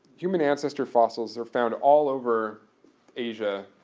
human ancestor fossils are found all over asia,